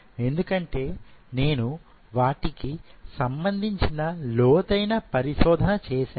ఎందుకంటే నేను వాటికి సంబంధించిన లోతైన పరిశోధన చేశాను